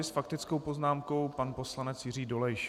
S faktickou poznámkou pan poslanec Jiří Dolejš.